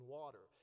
water